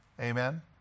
Amen